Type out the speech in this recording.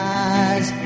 eyes